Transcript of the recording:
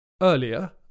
Earlier